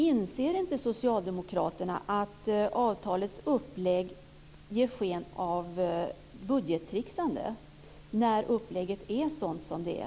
Inser inte socialdemokraterna att avtalets upplägg ger sken av budgettricksande när upplägget är som det är?